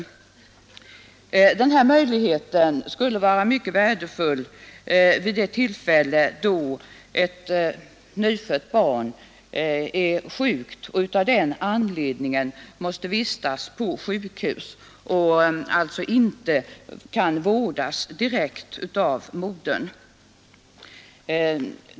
En sådan möjlighet skulle vara av mycket stor betydelse vid det tillfälle då ett nyfött barn är sjukt och av den anledningen måste vistas på sjukhus och alltså inte kan vårdas direkt av modern.